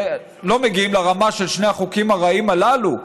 לא מגיעים לרמה של שני החוקים הרעים הללו,